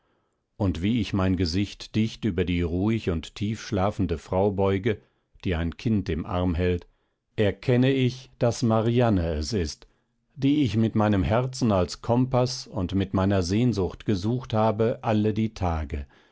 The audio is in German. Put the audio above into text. und wie ich mein gesicht dicht über die ruhig und tief schlafende frau beuge die ein kind im arm hält erkenne ich daß marianne es ist die ich mit meinem herzen als kompaß und mit meiner sehnsucht gesucht habe alle die tage